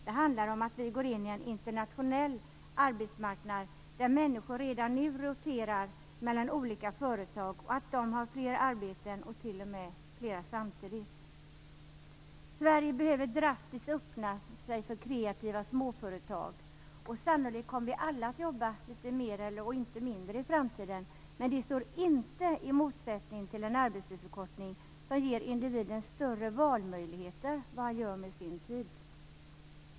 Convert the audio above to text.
Det handlar om att vi går in i en internationell arbetsmarknad där människor redan nu roterar mellan olika företag och att de har flera arbeten, t.o.m. samtidigt. Sverige behöver drastiskt öppna sig för kreativa småföretag. Sannolikt kommer vi alla att jobba litet mer och inte mindre i framtiden, men det står inte i motsättning till en arbetstidsförkortning som ger individen större möjligheter att välja vad han skall göra med sin tid.